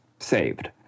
saved